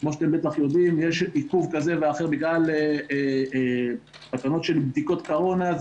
כמו שאתם יודעים יש עיכוב כזה או אחר בגלל תקנות של בדיקות קורונה.